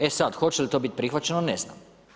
E sad, hoće li to biti prihvaćeno, ne znam.